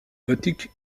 gothique